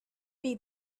feed